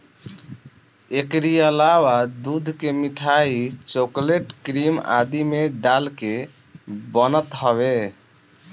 एकरी अलावा दूध के मिठाई, चोकलेट, क्रीम आदि में डाल के बनत हवे